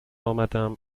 آمدم